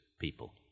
people